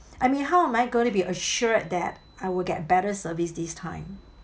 I mean how am I going to be assured that I will get better service this time